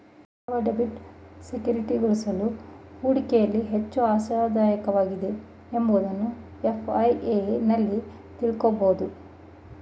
ಯಾವ ಡೆಬಿಟ್ ಸೆಕ್ಯೂರಿಟೀಸ್ಗಳು ಹೂಡಿಕೆಯಲ್ಲಿ ಹೆಚ್ಚು ಆಶಾದಾಯಕವಾಗಿದೆ ಎಂಬುದನ್ನು ಎಫ್.ಐ.ಎ ನಲ್ಲಿ ತಿಳಕೋಬೋದು